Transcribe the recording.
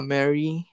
Mary